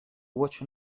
watch